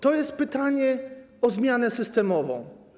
To jest pytanie o zmianę systemową.